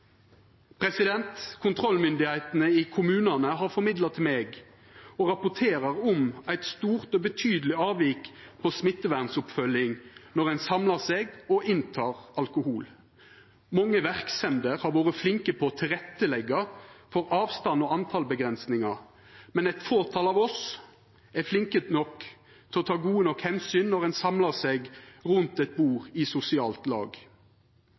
Kontrollmyndigheitene i kommunane har formidla til meg og rapporterer om eit stort og betydeleg avvik på smittevernoppfølging når ein samlar seg og inntek alkohol. Mange verksemder har vore flinke til å leggja til rette for avstand og avgrensingar i antal, men eit fåtal av oss er flinke nok til å ta gode nok omsyn når ein samlar seg rundt eit bord i sosialt lag.